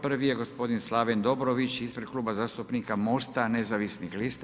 Prvi je gospodin Slaven Dobrović ispred Kluba zastupnika MOST-a nezavisnih lista.